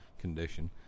condition